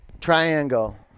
Triangle